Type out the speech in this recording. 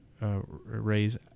raise